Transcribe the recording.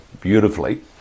beautifully